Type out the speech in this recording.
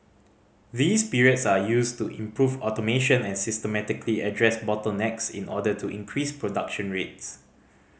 these periods are used to improve automation and systematically address bottlenecks in order to increase production rates